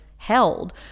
held